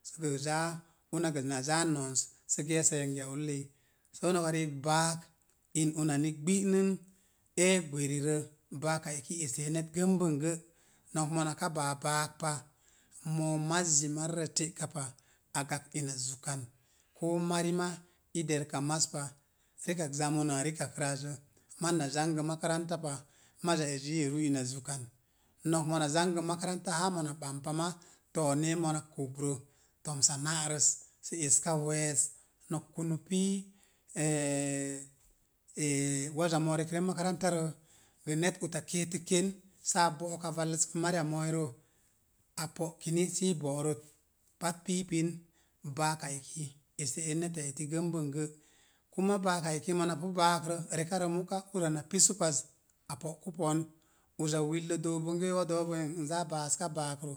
Səgə zaa, una gə na zaa nons sə ge̱e̱si yangiya ulloi. Soo noka riik, baak, in unani gbi'nən. Ee hwerirə baaka net gəmban gə, nok mona ka baa baak pa, moo mazzi marirə te'ka pa. A gakp ina zukan, koo mari ma i derka maz pa. Rikak zamanu a rikarə azzə maz na zangə makaranta pa, mazi ezi i yeru ina zukan. Nok mona zangə makaranta haa mona bams pa maa, to̱o̱ ne ye mona kubrə tomsa na'rə sə eska we̱e̱s nok kunu pii waza mooz rek ren makarantarə, gə net uta keetək ken sə a bo̱'o̱k a valluskun mariya mooirə, a po̱'kini si i bo̱'rət pat pii pin. Baaka eki esə en neta esi gənbən gə. Kuma baaka eki mona ou baakrə rekarə mu'ka ura na pisu paz, á po̱'ku pon. Uza willə dook bonge wo̱do̱o̱ we̱n n zaa baaska baakrə,